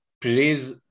please